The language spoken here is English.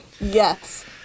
yes